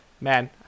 Man